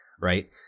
right